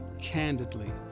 candidly